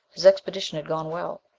his expedition had gone well.